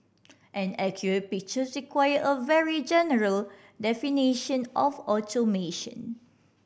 an accurate picture require a very general definition of automation